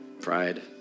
pride